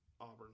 Auburn